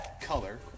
color